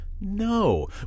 No